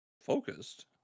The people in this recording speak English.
focused